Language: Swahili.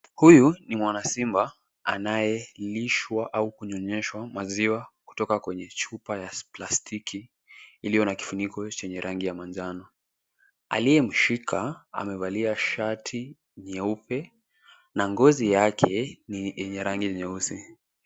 Huyu, ni mwanasimba, anayelishwa au kunyonyeshwa maziwa, kutoka kwenye chupa ya plastiki, iliyo na kifuniko chenye rangi ya manjano. Aliyemshika, amevalia shati nyeupe, na ngozi yake ni yenye rangi nyeusi.